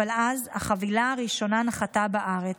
אבל אז החבילה הראשונה נחתה בארץ.